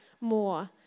more